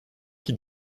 qui